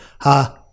Ha